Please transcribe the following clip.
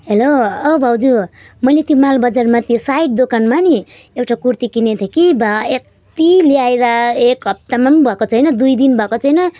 hello ओ भाउजू मैले त्यो मालबजारमा त्यो साइड दोकानमा नि एउटा कुर्ती किने थिएँ कि बा यत्ति ल्याएर एक हप्ता पनि भएको छैन दुई दिन भएको छैन